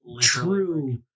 true